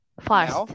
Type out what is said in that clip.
first